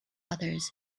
others